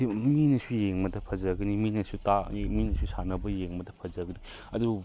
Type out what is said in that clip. ꯃꯤꯅꯁꯨ ꯌꯦꯡꯕꯗ ꯐꯖꯒꯅꯤ ꯃꯤꯅꯁꯨ ꯃꯤꯅꯁꯨ ꯁꯥꯟꯅꯕ ꯌꯦꯡꯕꯗ ꯐꯖꯒꯅꯤ ꯑꯗꯨ